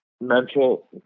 mental